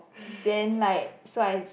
then like so I